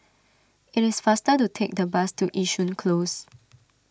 it is faster to take the bus to Yishun Close